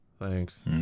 thanks